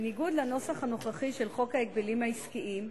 בניגוד לנוסח הנוכחי של חוק ההגבלים העסקיים,